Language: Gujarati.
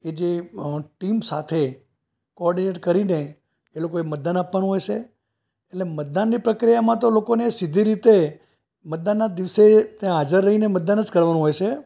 એ જે ટીમ સાથે કોર્ડિનેટ કરીને એ લોકોને મતદાન આપવાનું હોય છે એટલે મતદાનની પ્રક્રિયામાં તો લોકોને સીધી રીતે મતદાનના દિવસે ત્યાં હાજર રહીને ત્યાં મતદાન જ કરવાનું હોય છે